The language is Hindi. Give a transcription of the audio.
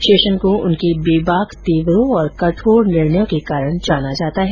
शेषन को उनके बेबाक तेवरों और कठोर निर्णयों के कारण जाना जाता है